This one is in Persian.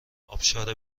آبشار